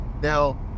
now